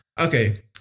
Okay